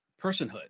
personhood